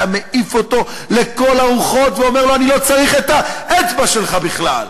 היה מעיף אותו לכל הרוחות ואומר לו: אני לא צריך את האצבע שלך בכלל.